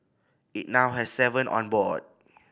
it now has seven on board